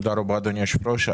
תודה רבה אדוני היושב-ראש.